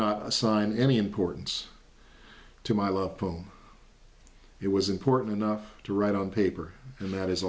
not assign any importance to my love it was important enough to write on paper that is